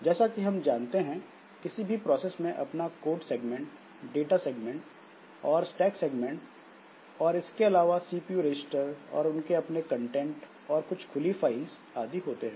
जैसा कि हम जानते हैं किसी भी प्रोसेस में अपना कोड सेगमेंट डाटा सेगमेंट और stack segment code segment data segment stack segment और इसके अलावा सीपीयू रजिस्टर और उनके अपने कंटेंट और कुछ खुली फाइल्स आदि होते हैं